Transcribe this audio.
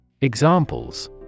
Examples